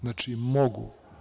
Znači, mogu.